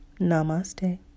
Namaste